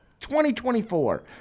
2024